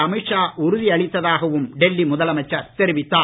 அமீத் ஷா உறுதியளித்ததாகவும் டெல்லி முதலமைச்சர் தெரிவித்தார்